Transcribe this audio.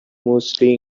mostly